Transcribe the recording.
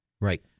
Right